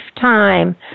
time